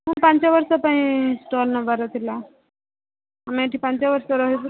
ମୁଁ ପାଞ୍ଚ ବର୍ଷ ପାଇଁ ଷ୍ଟଲ୍ ନେବାର ଥିଲା ଆମେ ଏଇଠି ପାଞ୍ଚ ବର୍ଷ ରହିବୁ ତ